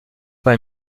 pas